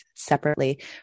separately